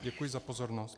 Děkuji za pozornost.